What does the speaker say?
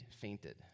fainted